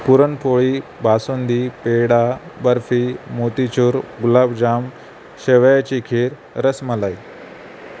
पुरणपोळी बासुंदी पेडा बर्फी मोतीचूर गुलाबजाम शेवयाची खीर रसमलाई